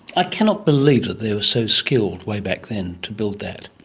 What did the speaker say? i cannot believe that they were so skilled way back then to build that.